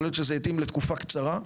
יכול להיות שזה התאים לתקופה קצרה,